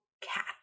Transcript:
cat